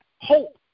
hope